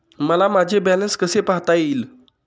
मला माझे बॅलन्स कसे पाहता येईल?